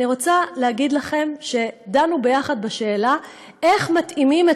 אני רוצה להגיד לכם שדנו ביחד בשאלה איך מתאימים את